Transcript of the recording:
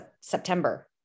September